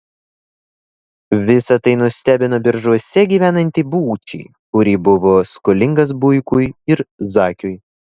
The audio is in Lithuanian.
visa tai nustebino biržuose gyvenantį būčį kuri buvo skolingas buikui ir zakiui